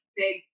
big